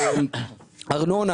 ארנונה